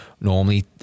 Normally